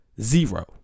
Zero